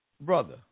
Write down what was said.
brother